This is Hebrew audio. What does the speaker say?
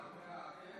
ההצעה